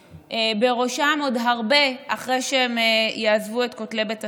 בראשם עוד הרבה אחרי שהם יעזבו את בית הספר.